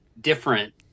different